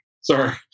Sorry